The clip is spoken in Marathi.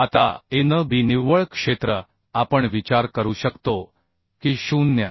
आता a n b निव्वळ क्षेत्र आपण विचार करू शकतो की 0